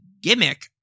gimmick